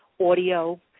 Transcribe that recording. audio